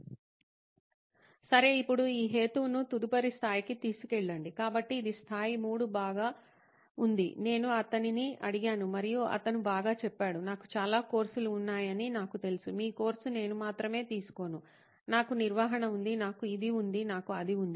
సరే ఇప్పుడు ఈ హేతువును తదుపరి స్థాయికి తీసుకెళ్లండి కాబట్టి ఇది స్థాయి 3 బాగా ఉంది నేను అతనిని అడిగాను మరియు అతను బాగా చెప్పాడు నాకు చాలా కోర్సులు ఉన్నాయని నాకు తెలుసు మీ కోర్సు నేను మాత్రమే తీసుకోను నాకు నిర్వహణ ఉంది నాకు ఇది ఉంది నాకు అది ఉంది